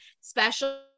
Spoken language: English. special